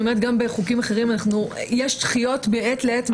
אני אומרת גם בחוקים אחרים יש דחיות מעת לעת,